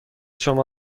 شما